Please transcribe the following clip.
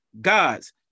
gods